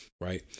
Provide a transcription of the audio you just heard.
Right